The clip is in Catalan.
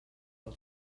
del